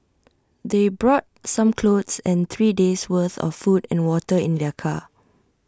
they brought some clothes and three days worth of food and water in their car